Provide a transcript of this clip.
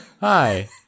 Hi